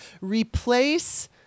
replace